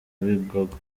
bigogwe